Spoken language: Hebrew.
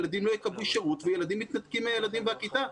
ילדים לא יקבלו שירות וילדים מתנתקים מילדים מהכיתה.